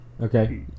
Okay